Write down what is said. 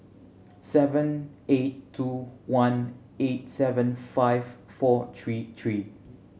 seven eight two one eight seven five four three three